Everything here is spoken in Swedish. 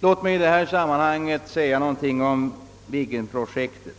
Låt mig i detta sammanhang säga någonting om Viggen-projektet.